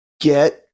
get